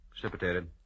Precipitated